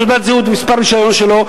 על-פי תעודת זהות ומספר הרשיון שלו,